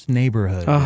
neighborhood